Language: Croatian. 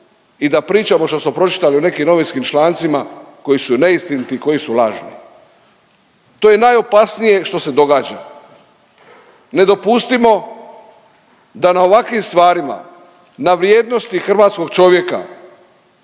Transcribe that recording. i da pričamo što smo pročitali u nekim novinskim člancima koji su neistiniti, koji su lažni. To je najopasnije što se događa. Ne dopustimo da na ovakvim stvarima, na vrijednosti hrvatskog čovjeka